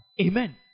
Amen